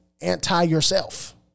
anti-yourself